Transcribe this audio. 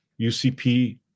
UCP